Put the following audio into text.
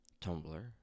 Tumblr